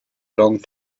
long